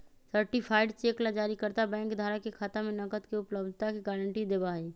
certified cheque ला जारीकर्ता bank धारक के खाता में नकद के उपलब्धता के गारंटी देवा हई